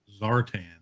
Zartan